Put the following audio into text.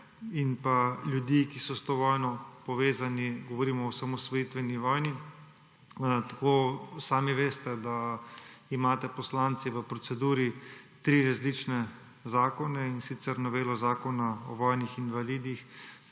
in ljudi, ki so s to vojno povezani. Govorim o osamosvojitveni vojni. Tako sami veste, da imate poslanci v proceduri tri različne zakone, in sicer novelo Zakona o vojnih invalidih,